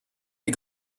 les